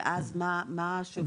ואז מה --- הסיעודיים?